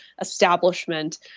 establishment